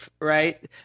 right